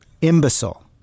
Imbecile